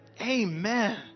Amen